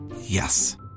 Yes